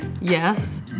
Yes